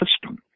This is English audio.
system